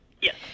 Yes